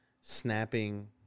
snapping